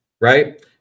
right